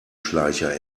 schleicher